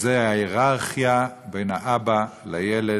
וזה ההייררכיה בין האבא לילד,